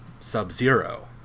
Sub-Zero